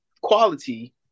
quality